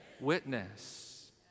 witness